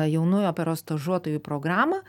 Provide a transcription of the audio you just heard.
jaunųjų operos stažuotojų programą